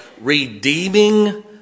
Redeeming